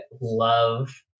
love